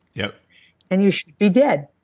yeah and you should be dead.